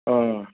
हा